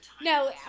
no